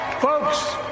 Folks